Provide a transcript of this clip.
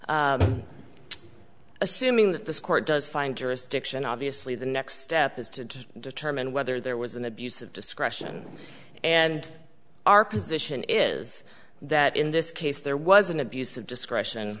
and assuming that this court does find jurisdiction obviously the next step is to determine whether there was an abuse of discretion and our position is that in this case there was an abuse of discretion